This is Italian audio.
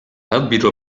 arbitro